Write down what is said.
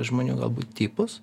žmonių galbūt tipus